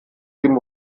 dem